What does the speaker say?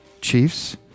Chiefs